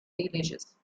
lineages